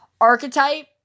archetype